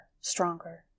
stronger